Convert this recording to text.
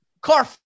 car